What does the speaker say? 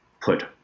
put